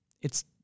It's-